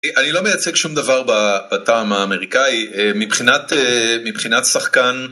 אני לא מייצג שום דבר בטעם האמריקאי, מבחינת שחקן...